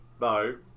no